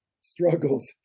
struggles